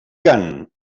cant